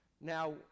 now